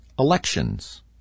elections